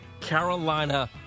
Carolina